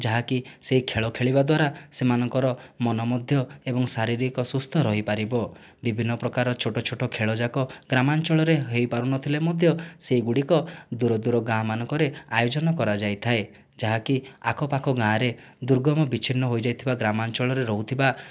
ଯାହାକି ସେହି ଖେଳ ଖେଳିବା ଦ୍ୱାରା ସେମାନଙ୍କର ମନ ମଧ୍ୟ ଏବଂ ଶାରୀରିକ ସୁସ୍ଥ ରହିପାରିବ ବିଭିନ୍ନ ପ୍ରକାର ଛୋଟ ଛୋଟ ଖେଳ ଯାକ ଗ୍ରାମାଞ୍ଚଳରେ ହୋଇପାରୁନଥିଲେ ମଧ୍ୟ ସେହିଗୁଡ଼ିକ ଦୂର ଦୂର ଗାଁମାନଙ୍କରେ ଆୟୋଜନ କରାଯାଇଥାଏ ଯାହାକି ଆଖ ପାଖ ଗାଁରେ ଦୁର୍ଗମ ବିଚ୍ଛିନ୍ନ ହୋଇଯାଇଥିବା ଗ୍ରାମାଞ୍ଚଳରେ ରହୁଥିବା